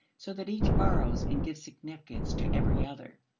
so that each borrows and gives significance to every other.